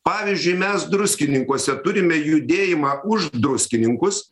pavyzdžiui mes druskininkuose turime judėjimą už druskininkus